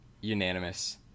unanimous